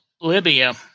libya